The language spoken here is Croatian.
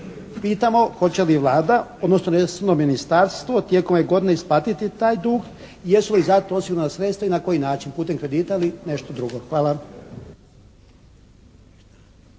Pitamo hoće li Vlada, odnosno resorno ministarstvo tijekom ove godine isplatiti taj dug i jesu li za to osigurana sredstva i na koji način putem kredita ili nešto drugo. Hvala.